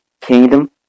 kingdom